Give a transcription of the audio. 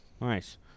nice